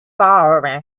foreign